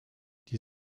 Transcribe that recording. die